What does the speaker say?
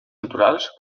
naturals